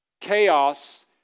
chaos